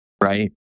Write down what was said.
right